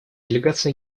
делегация